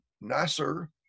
Nasser